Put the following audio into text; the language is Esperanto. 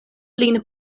lin